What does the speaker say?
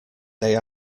they